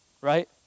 right